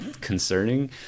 concerning